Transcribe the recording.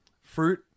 fruit